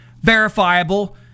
verifiable